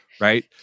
right